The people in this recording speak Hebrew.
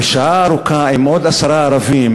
ושעה ארוכה עם עוד עשרה ערבים,